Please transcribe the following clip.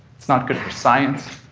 it's not good for science,